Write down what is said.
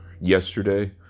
Yesterday